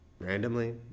randomly